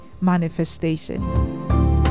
manifestation